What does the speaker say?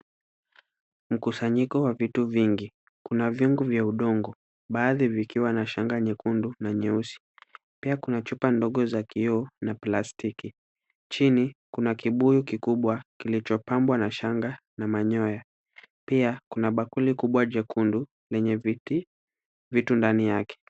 Mkusanyiko wa vitu vingi. Kuna viungu vya udongo, baadhi vikiwa na shanga nyekundu na nyeusi. Pia kuna chupa ndogo za kioo na plastiki. Chini kuna kibuyu kikubwa kilichopambwa na shanga na manyoya. Pia kuna bakuli kubwa jekundu lenye vitu ndani yake.